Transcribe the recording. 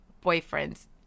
boyfriend's